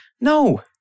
No